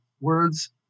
words